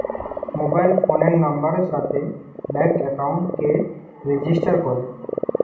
mobile ফোনের নাম্বারের সাথে ব্যাঙ্ক একাউন্টকে রেজিস্টার করে